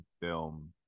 film